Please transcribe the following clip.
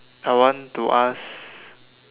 I want to ask